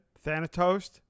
Thanatos